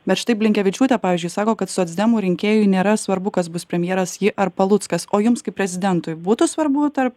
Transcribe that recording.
bet štai blinkevičiūtė pavyzdžiui sako kad socdemų rinkėjui nėra svarbu kas bus premjeras ji ar paluckas o jums kaip prezidentui būtų svarbu dar